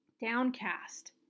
Downcast